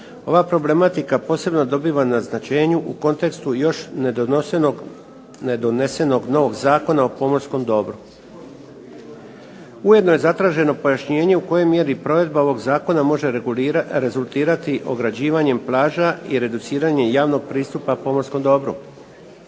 Ova problematika posebno dobiva na značenju u kontekstu još nedonesenog novog Zakona o pomorskom dobru. Ujedno je zatraženo pojašnjenje u kojoj mjeri provedba ovog zakona može rezultirati ograđivanjem plaža i reduciranjem javnog pristupa pomorskom dobru.